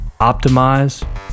Optimize